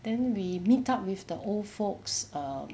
then we meet up with the old folks um